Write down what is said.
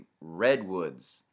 Redwoods